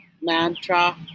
mantra